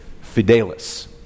Fidelis